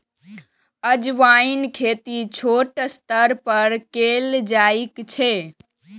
अजवाइनक खेती छोट स्तर पर कैल जाइ छै